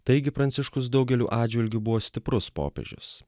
taigi pranciškus daugeliu atžvilgių buvo stiprus popiežius